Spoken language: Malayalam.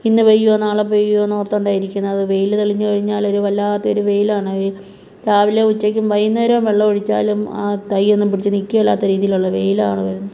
ഇന്ന് പെയ്യോ നാളെ പെയ്യോ എന്നോർത്തോണ്ടാണ് ഇരിക്കുന്നത് വെയിൽ തെളിഞ്ഞ് കഴിഞ്ഞാലൊരു വല്ലാത്തൊരു വെയിലാണ് രാവിലേം ഉച്ചക്കും വൈകുന്നേരോം വെള്ളം ഒഴിച്ചാലും ആ തൈയൊന്നും പിടിച്ച് നിക്കേലാത്ത രീതിയിലുള്ള വെയിലാണ് വരുന്നത്